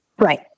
Right